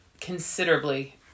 considerably